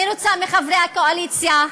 אני רוצה מחברי הקואליציה,